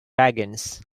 dragons